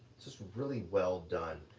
it's just really well done.